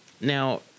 Now